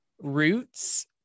roots